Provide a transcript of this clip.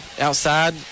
outside